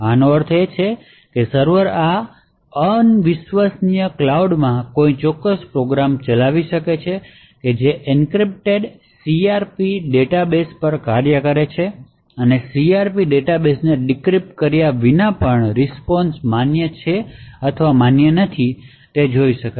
આનો અર્થ એ છે કે સર્વર આ અન વિશ્વસનીય ક્લાઉડમાં કોઈ ચોક્કસ પ્રોગ્રામ ચલાવી શકે છે જે એન્ક્રિપ્ટેડ CRP ડેટાબેઝ પર કાર્ય કરે છે અને CRP ડેટાબેઝ ને ડિક્રિપ્ટ કર્યા વિના પણ રીસ્પોન્શ માન્ય છે અથવા માન્ય નથી તે જોઈ શકશે